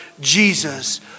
Jesus